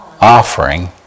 offering